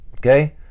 okay